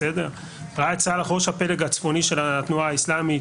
ראאד סאלח ראש הפלג הצפוני של התנועה האסלאמית.